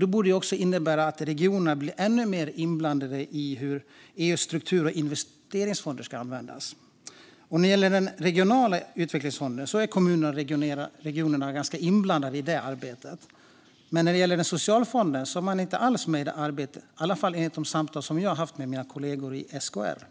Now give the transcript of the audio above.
Det borde innebära att regionerna blir ännu mer inblandade i hur EU:s struktur och investeringsfonder ska användas. När det gäller den regionala utvecklingsfonden är kommunerna och regionerna inblandade i arbetet, men när det gäller socialfonden är man inte alls med i arbetet, i alla fall inte enligt de samtal jag haft med mina kollegor i SKR.